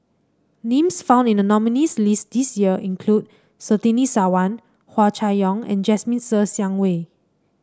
names found in the nominees' list this year include Surtini Sarwan Hua Chai Yong and Jasmine Ser Xiang Wei